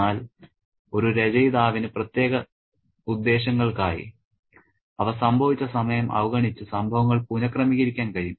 എന്നാൽ ഒരു രചയിതാവിന് പ്രത്യേക ഉദ്ദേശ്യങ്ങൾക്കായി അവ സംഭവിച്ച സമയം അവഗണിച്ച് സംഭവങ്ങൾ പുനഃക്രമീകരിക്കാൻ കഴിയും